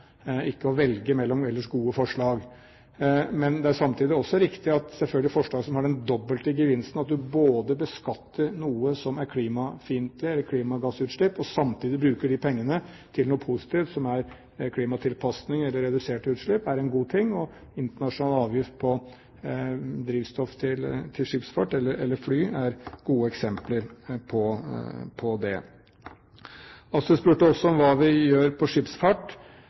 ikke å velge mellom ellers gode forslag. Men det er samtidig også riktig at forslag som har den dobbelte gevinsten, at du både beskatter noe som er klimafiendtlig, eller klimagassutslipp, og samtidig bruker de pengene til noe positivt, som er klimatilpasning eller reduserte utslipp, selvfølgelig er en god ting. Internasjonal avgift på drivstoff til skipsfart eller fly er gode eksempler på det. Astrup spurte også om hva vi gjør på